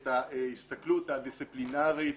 את ההסתכלות הדיספלינרית.